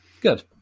good